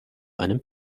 einen